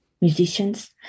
musicians